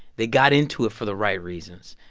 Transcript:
they got into it for the right reasons.